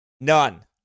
None